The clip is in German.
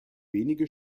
wenige